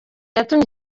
yatumye